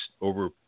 over